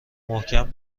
محکم